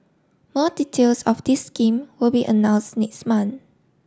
more details of this scheme will be announced next month